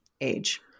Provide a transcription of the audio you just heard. age